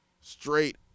straight